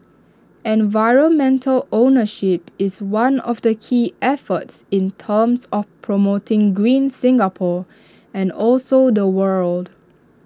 environmental ownership is one of the key efforts in terms of promoting green Singapore and also the world